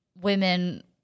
women